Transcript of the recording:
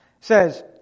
says